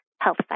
health